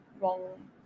Wrong